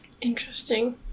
Interesting